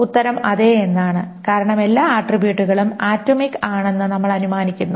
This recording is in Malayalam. ഉത്തരം അതെ എന്നാണ് കാരണം എല്ലാ ആട്രിബ്യൂട്ടുകളും ആറ്റോമിക് ആണെന്ന് നമ്മൾ അനുമാനിക്കുന്നു